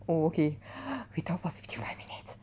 oh okay talked for fifty five minutes